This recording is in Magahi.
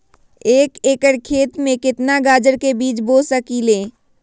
एक एकर खेत में केतना गाजर के बीज बो सकीं ले?